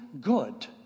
good